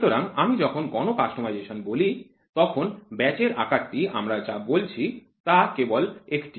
সুতরাং আমি যখন গণ কাস্টমাইজেশন বলি তখন ব্যাচের আকারটি আমরা যা বলছি তা কেবল একটি